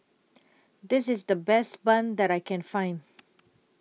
This IS The Best Bun that I Can Find